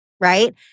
Right